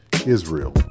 Israel